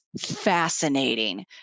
fascinating